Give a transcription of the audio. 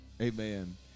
amen